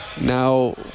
now